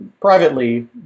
privately